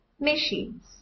machines